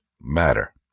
matter